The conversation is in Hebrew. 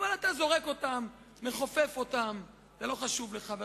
אבל אתה זורק אותם, מכופף אותם והם לא חשובים לך.